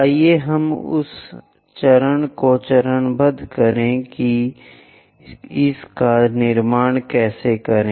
आइए हम उस चरण को चरणबद्ध करें कि इसका निर्माण कैसे करें